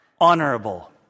honorable